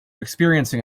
experiencing